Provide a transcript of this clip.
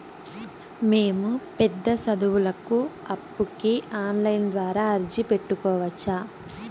మేము పెద్ద సదువులకు అప్పుకి ఆన్లైన్ ద్వారా అర్జీ పెట్టుకోవచ్చా?